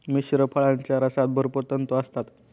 मिश्र फळांच्या रसात भरपूर तंतू असतात